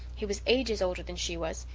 he was ages older than she was.